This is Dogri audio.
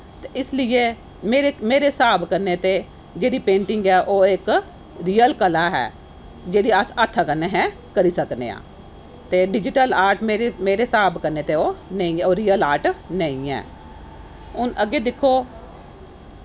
इस लेइयै मेरे स्हाब कन्नै ते जेह्ड़ी पेंटिंग ऐ ओह् इक रियल कला ऐ जेह्ड़ी अस हत्थै कन्नै करी सकने आं ते डिजिटल आर्ट मेरे स्हाब कन्नै ओह् रियल आर्ट नेईं ऐ हून अग्गें दिक्खो